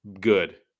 good